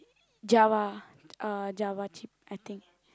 java uh java chip I think